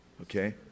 okay